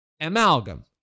amalgam